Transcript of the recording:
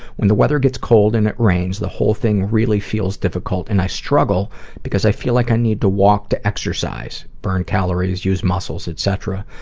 when the weather gets cold and it rains the whole thing really feels difficult and i struggle because i feel like i need to walk to exercise, burn calories, use muscles, et cetera,